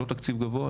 זה לא תקציב גבוה,